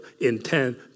intent